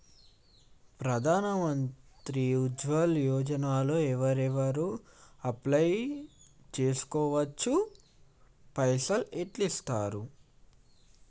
ప్రధాన మంత్రి ఉజ్వల్ యోజన లో ఎవరెవరు అప్లయ్ చేస్కోవచ్చు? పైసల్ ఎట్లస్తయి?